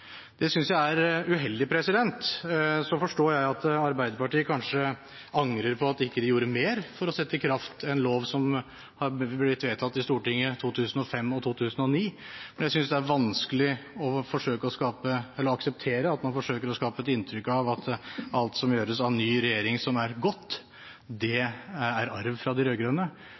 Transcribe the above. Det synes jeg er uheldig. Så forstår jeg at Arbeiderpartiet kanskje angrer på at de ikke gjorde mer for å sette i kraft en lov som ble vedtatt i Stortinget i 2005 og i 2009. Jeg synes også det er vanskelig å akseptere at man forsøker å skape et inntrykk av at alt som gjøres av en ny regjering, som er godt, er arv fra de